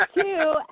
Two